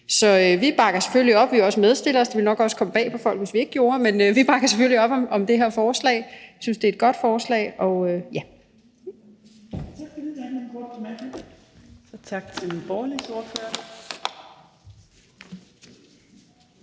Så vi bakker selvfølgelig op om forslaget. Vi er også medforslagsstillere, så det ville nok også komme bag på folk, hvis vi ikke gjorde det. Vi bakker selvfølgelig op om det her forslag. Vi synes, det er et godt forslag. Kl.